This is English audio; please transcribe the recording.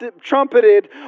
trumpeted